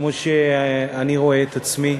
כמו שאני רואה את עצמי.